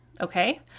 okay